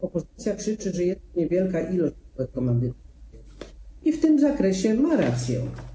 Opozycja krzyczy, że jest niewielka ilość spółek komandytowych, i w tym zakresie ma rację.